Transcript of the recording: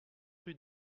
rue